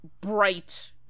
bright